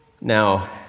Now